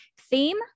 theme